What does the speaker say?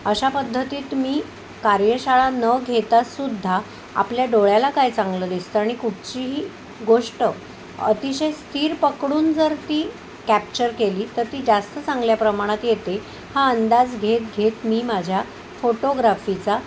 अशा पद्धतीत मी कार्यशाळा न घेता सुद्धा आपल्या डोळ्याला काय चांगलं दिसतं आणि कुठचीही गोष्ट अतिशय स्थिर पकडून जर ती कॅप्चर केली तर ती जास्त चांगल्या प्रमाणात येते हा अंदाज घेत घेत मी माझ्या फोटोग्राफीचा